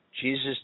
Jesus